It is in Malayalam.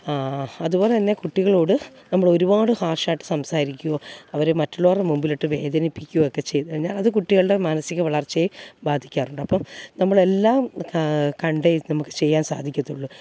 അതുപോലെ തന്നെ കുട്ടികളോട് നമ്മളൊരുപാട് ഹാർഷായിട്ട് സംസാരിക്കോ അവരെ മറ്റുള്ളവരുടെ മുമ്പിലിട്ട് വേദനിപ്പിക്കോ ഒക്കെ ചെയ്ത് കഴിഞ്ഞാൽ അത് കുട്ടികളുടെ മാനസിക വളർച്ചയെ ബാധിക്കാറുണ്ട് അപ്പം നമ്മളെല്ലാം കാ കണ്ടേ നമുക്ക് ചെയ്യാൻ സാധിക്കത്തുള്ളൂ